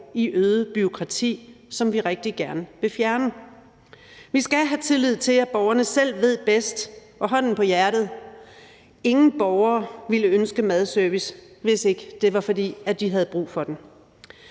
i øget bureaukrati, som vi rigtig gerne vil fjerne. Vi skal have tillid til, at borgerne selv ved bedst, og hånden på hjertet: Ingen borgere ville ønske madservice, hvis ikke det var, fordi de havde brug for den.